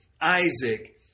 Isaac